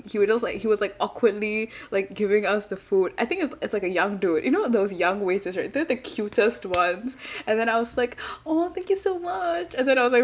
he will just like he was like awkwardly like giving us the food I think it's it's like a young dude you know those young waiters right they're the cutest ones and then I was like oh thank you so much and then I was like